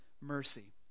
mercy